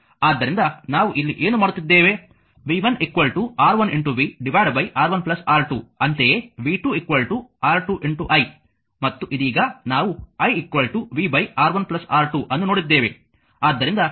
ಆದ್ದರಿಂದ ನಾವು ಇಲ್ಲಿ ಏನು ಮಾಡುತ್ತಿದ್ದೇವೆ v 1 R1v R1 R2 ಅಂತೆಯೇ v 2 R2 i ಮತ್ತು ಇದೀಗ ನಾವು i v R1 R2 ಅನ್ನು ನೋಡಿದ್ದೇವೆ